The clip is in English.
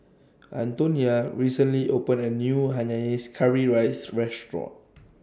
Antonia recently opened A New Hainanese Curry Rice Restaurant